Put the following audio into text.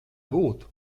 būtu